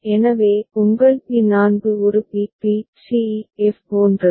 எனவே உங்கள் பி 4 ஒரு B B C E F போன்றது